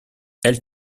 elle